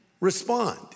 respond